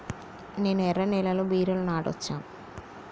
నేను ఎర్ర నేలలో బీరలు నాటచ్చా?